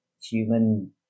human